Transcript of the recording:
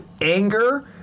anger